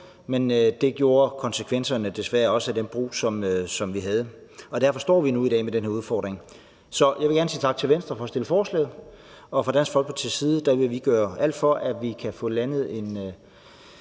men det gjorde konsekvenserne af den måde, vi forbrugte på, desværre også, og derfor står vi nu i dag med den udfordring. Så jeg vil gerne sige tak til Venstre for at fremsætte forslaget. Og fra Dansk Folkepartis side vil vi gøre alt for, at vi kan få landet en